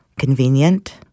convenient